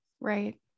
Right